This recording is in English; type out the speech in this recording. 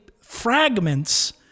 fragments